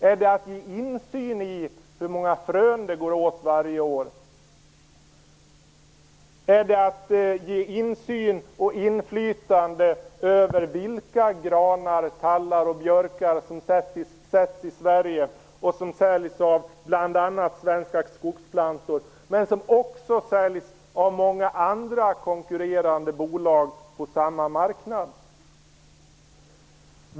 Är det att ge insyn i hur många frön det går åt varje år? Är det att ge insyn i och inflytande över vilka granar, tallar och björkar som sätts i Sverige och som säljs av bl.a. Svenska Skogsplantor, men som också säljs av många andra, konkurrerande bolag på samma marknad?